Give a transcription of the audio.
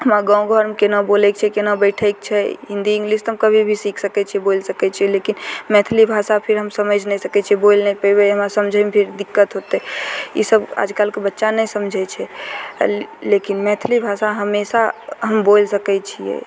हमरा गाँव घरमे केना बोलयके छै केना बैठयके छै हिन्दी इंग्लिश तऽ हम कभी भी सीख सकय छियै बोलि सकय छियै लेकिन मैथिली भाषा फिर हम समझि नहि सकय छियै बोलि नहि पेबय हमरा समझयमे फिर दिक्कत होतय ईसब आजकलके बच्चा नहि समझै छै लेकिन मैथिली भाषा हमेशा हम बोलि सकय छियै